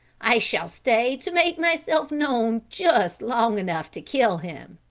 i shall stay to make myself known just long enough to kill him.